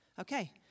Okay